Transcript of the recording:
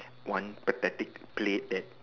one pathetic plate that